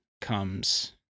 comes